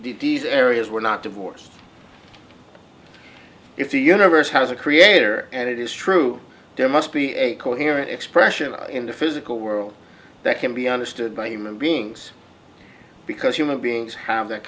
areas were not divorced if the universe has a creator and it is true there must be a coherent expression in the physical world that can be understood by human beings because human beings have that